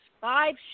five